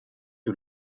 que